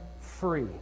free